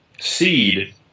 seed